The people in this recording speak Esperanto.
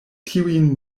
tiujn